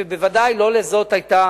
ובוודאי לא זאת היתה